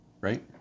right